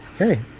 Okay